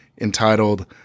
entitled